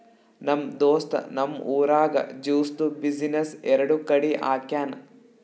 ನಮ್ ದೋಸ್ತ್ ನಮ್ ಊರಾಗ್ ಜ್ಯೂಸ್ದು ಬಿಸಿನ್ನೆಸ್ ಎರಡು ಕಡಿ ಹಾಕ್ಯಾನ್